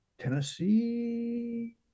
Tennessee